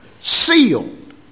sealed